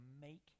make